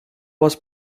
was